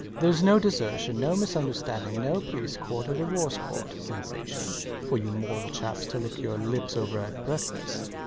there was no desertion, no misunderstanding, no police court or divorce court sensation for you moral chaps to lick your lips over at breakfast.